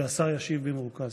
והשר ישיב במרוכז.